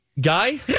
Guy